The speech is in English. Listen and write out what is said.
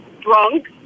drunk